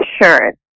insurance